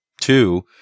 two